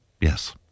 Yes